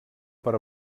per